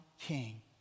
king